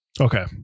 Okay